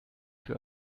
für